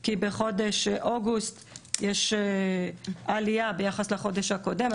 כי בחודש אוגוסט יש עליה ביחס לחודש הקודם.